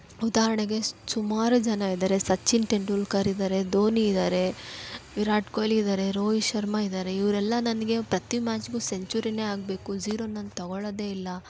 ಉದಾಹರಣೆಗೆ ಸುಮಾರು ಜನ ಇದ್ದಾರೆ ಸಚಿನ್ ಟೆಂಡೂಲ್ಕರ್ ಇದ್ದಾರೆ ಧೋನಿ ಇದ್ದಾರೆ ವಿರಾಟ್ ಕೊಹ್ಲಿ ಇದ್ದಾರೆ ರೋಹಿತ್ ಶರ್ಮಾ ಇದ್ದಾರೆ ಇವರೆಲ್ಲ ನನಗೆ ಪ್ರತಿ ಮ್ಯಾಚ್ಗೂ ಸೆಂಚುರಿನೇ ಆಗಬೇಕು ಝೀರೋ ನಾನು ತೊಗೊಳೋದೇ ಇಲ್ಲ